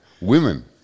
women